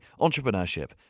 entrepreneurship